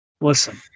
Listen